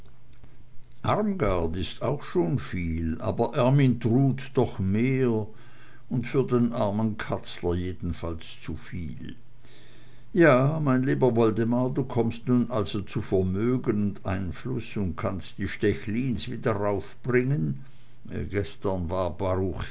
armgard ist auch schon viel aber ermyntrud doch mehr und für den armen katzler jedenfalls zuviel ja mein lieber woldemar du kommst nun also zu vermögen und einfluß und kannst die stechlins wieder raufbringen